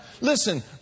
Listen